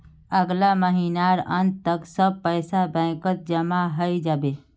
अगला महीनार अंत तक सब पैसा बैंकत जमा हइ जा बे